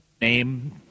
name